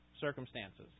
circumstances